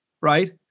right